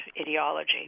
ideology